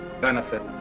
benefit